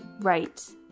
Right